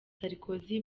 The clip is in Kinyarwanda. sarkozy